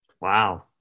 Wow